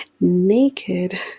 naked